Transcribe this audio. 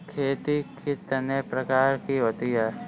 खेती कितने प्रकार की होती है?